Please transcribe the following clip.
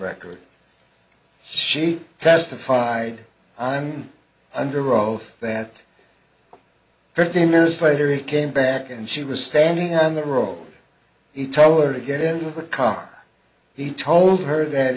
record she testified i'm under oath that fifteen minutes later he came back and she was standing on the road he told her to get into the car he told her that